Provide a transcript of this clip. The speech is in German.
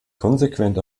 konsequent